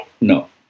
No